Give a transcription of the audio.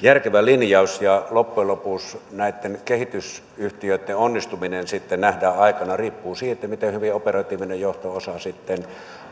järkevä linjaus loppujen lopuksi näitten kehitysyhtiöitten onnistuminen sitten nähdään aikanaan se riippuu siitä miten hyvin operatiivinen johto osaa sitten